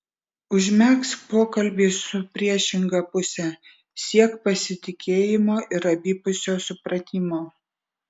užmegzk pokalbį su priešinga puse siek pasitikėjimo ir abipusio supratimo